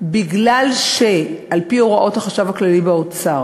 בגלל שעל-פי הוראות החשב הכללי באוצר